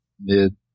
mid